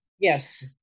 Yes